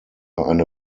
eine